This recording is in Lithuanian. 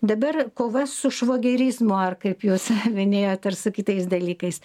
dabar kova su švogerizmu ar kaip jūs minėjot ir su kitais dalykais